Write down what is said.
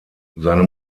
seine